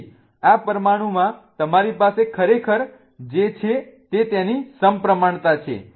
તેથી આ પરમાણુમાં તમારી પાસે ખરેખર જે છે તે તેની સમપ્રમાણતા છે